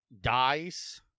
dies